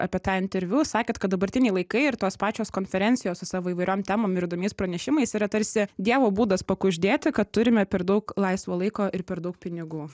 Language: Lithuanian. apie tą interviu sakėt kad dabartiniai laikai ir tos pačios konferencijos su savo įvairiom temom ir įdomiais pranešimais yra tarsi dievo būdas pakuždėti kad turime per daug laisvo laiko ir per daug pinigų